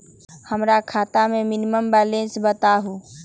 हमरा खाता में मिनिमम बैलेंस बताहु?